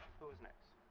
who is next?